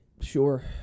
Sure